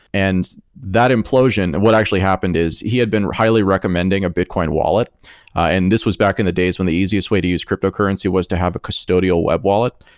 and that implosion and what actually happened is he had been highly recommending a bitcoin wallet and this was back in the days when the easiest way to use cryptocurrency was to have a custodial web wallet.